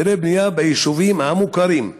היתרי בנייה ביישובים המוכרים,